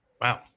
Wow